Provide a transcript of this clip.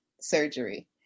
surgery